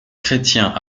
chrétien